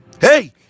hey